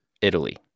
Italy